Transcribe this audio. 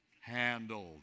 handled